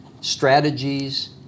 strategies